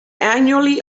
annually